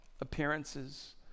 appearances